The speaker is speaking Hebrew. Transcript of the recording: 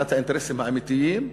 מבחינת האינטרסים האמיתיים,